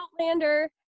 Outlander